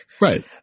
Right